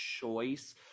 choice